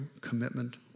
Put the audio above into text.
commitment